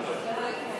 נו.